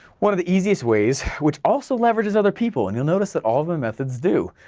one of the easiest ways, which also leverages other people and you'll notice that all of my methods do,